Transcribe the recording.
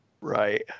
Right